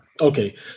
Okay